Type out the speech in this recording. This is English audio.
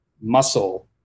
muscle